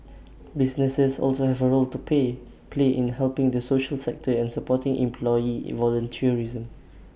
businesses also have A role to play play in helping the social sector and supporting employee volunteerism